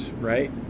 right